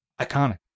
iconic